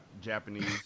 Japanese